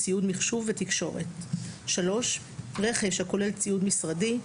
ציוד מחשוב ותקשורת; רכש הכולל ציוד משרדי,